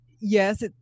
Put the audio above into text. yes